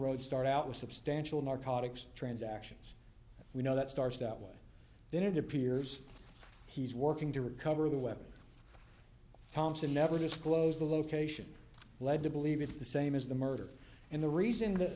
road start out with substantial narcotics transactions we know that starts that way then it appears he's working to recover the weapon counts and never disclose the location led to believe it's the same as the murder and the reason that